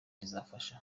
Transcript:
rizafasha